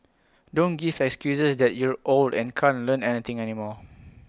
don't give excuses that you're old and can't Learn Anything anymore